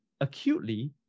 acutely